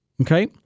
Okay